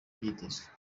byitezwe